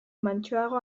mantsoago